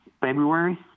February